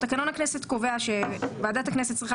תקנון הכנסת קובע שוועדת הכנסת צריכה